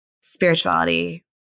spirituality